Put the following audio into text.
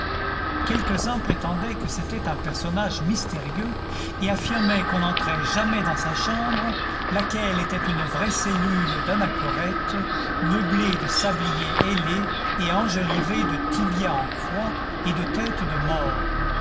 quelques-uns prétendaient que c'était un personnage mystérieux et affirmaient qu'on n'entrait jamais dans sa chambre laquelle était une vraie cellule d'anachorète meublée de sabliers ailés et enjolivée de tibias en croix et de têtes de mort